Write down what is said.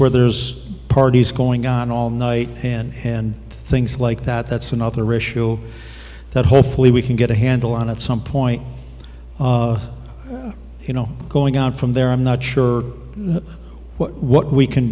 where there's parties going on all night and and things like that that's another issue that hopefully we can get a handle on at some point you know going out from there i'm not sure what w